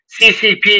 CCP